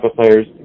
players